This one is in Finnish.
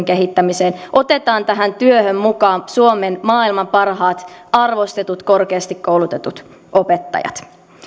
kehittämiseen otetaan tähän työhön mukaan suomen maailman parhaat arvostetut korkeasti koulutetut opettajat